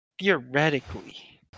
Theoretically